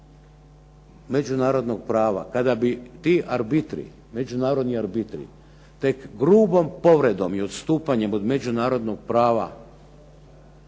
međunarodnog prava, kada bi ti arbitri, međunarodni arbitri tek grubom povredom i odstupanjem od međunarodnog prava